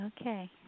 Okay